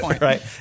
right